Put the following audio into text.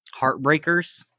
Heartbreakers